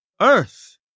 earth